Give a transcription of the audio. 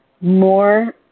more